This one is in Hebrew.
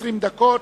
20 דקות,